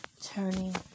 turning